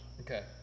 Okay